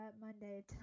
Monday